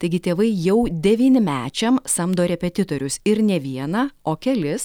taigi tėvai jau devynmečiam samdo repetitorius ir ne vieną o kelis